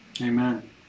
Amen